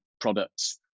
products